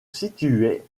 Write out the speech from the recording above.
situait